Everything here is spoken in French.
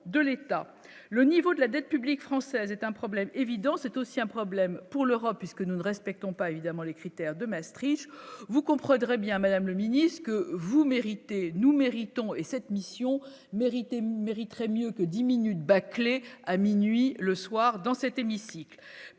le niveau de la dette publique française est un problème évident c'est aussi un problème pour l'Europe puisque nous ne respectant pas évidemment les critères de Maastricht, vous comprendrez bien, Madame le Ministre, que vous méritez, nous méritons et cette mission mériterait mieux que 10 minutes à minuit le soir dans cet hémicycle,